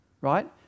right